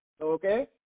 Okay